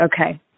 Okay